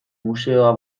museoa